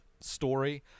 story